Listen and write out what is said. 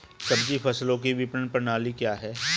सब्जी फसलों की विपणन प्रणाली क्या है?